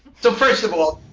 so first of all,